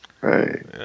Right